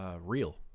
real